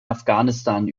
afghanistan